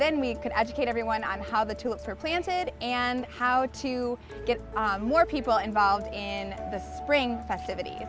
then we could educate everyone i'm how the to look for planted and how to get more people involved in the spring festivities